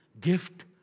gift